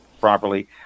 properly